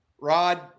Rod